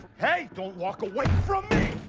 hey! don't walk away from me!